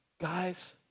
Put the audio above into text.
Guys